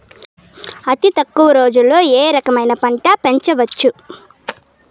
అతి తక్కువ రోజుల్లో ఏ రకమైన పంట పెంచవచ్చు?